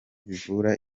bivura